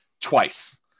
twice